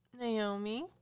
Naomi